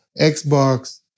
Xbox